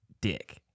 dick